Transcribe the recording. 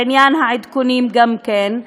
בעניין העדכונים גם כן,